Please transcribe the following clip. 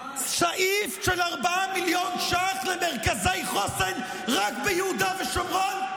סעיף של 4 מיליון ש"ח למרכזי חוסן רק ביהודה ושומרון?